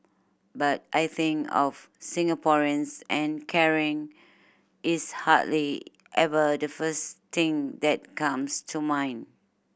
but I think of Singaporeans and caring is hardly ever the first thing that comes to mind